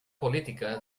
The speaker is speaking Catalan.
política